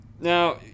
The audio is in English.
Now